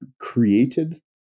created